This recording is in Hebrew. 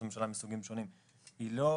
היא לא